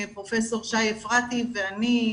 פרופ' שי אפרתי ואני,